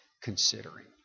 considering